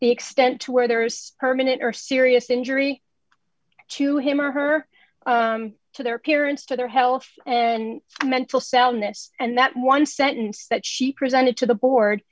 the extent to where there is permanent or serious injury to him or her to their parents to their health and mental soundness and that one sentence that she presented to the board